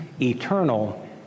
eternal